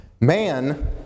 Man